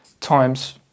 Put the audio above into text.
times